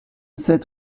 sept